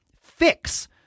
Fix